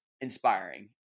inspiring